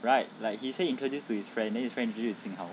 right like he say introduced to his friend then his friend introduced to jing hao